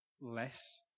less